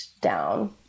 down